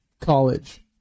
college